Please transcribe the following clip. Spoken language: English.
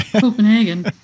Copenhagen